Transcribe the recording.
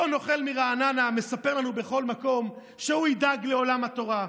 אותו נוכל מרעננה מספר לנו בכל מקום שהוא ידאג לעולם התורה,